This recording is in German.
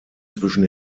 zwischen